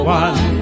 one